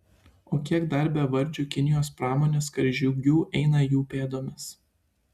o kiek dar bevardžių kinijos pramonės karžygių eina jų pėdomis